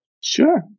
Sure